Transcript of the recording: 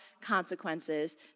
consequences